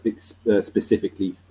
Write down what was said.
specifically